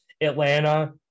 Atlanta